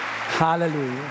Hallelujah